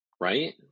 Right